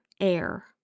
Air